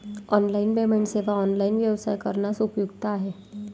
online payment सेवा online व्यवसाय करण्यास उपयुक्त आहेत